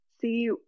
See